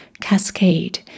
Cascade